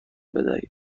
بدهید